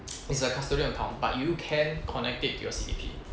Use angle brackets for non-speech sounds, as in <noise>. <noise> it's like custodian account but you can connect it to your C_D_P